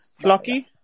Flocky